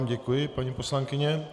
Děkuji vám, paní poslankyně.